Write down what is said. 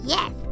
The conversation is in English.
Yes